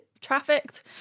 trafficked